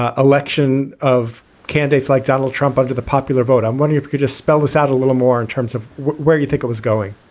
ah election of candidates like donald trump under the popular vote. i'm wonder if could just spell this out a little more in terms of where you think it was going?